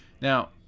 Now